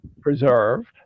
preserved